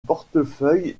portefeuille